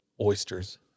oysters